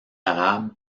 arabe